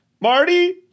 marty